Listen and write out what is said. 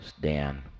Dan